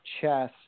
chess